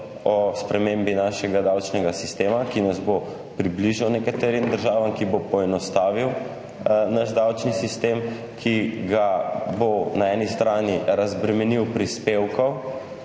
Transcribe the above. o spremembi našega davčnega sistema, ki nas bo približal nekaterim državam, ki bo poenostavil naš davčni sistem, ki ga bo na eni strani razbremenil prispevkov.